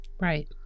Right